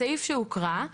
הסעיף שהוקרא,